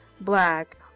black